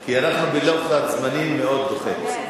כי אנחנו בלחץ זמנים מאוד לוחץ.